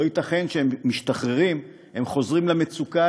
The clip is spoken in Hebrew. לא ייתכן שכשהם משתחררים הם חוזרים למצוקה,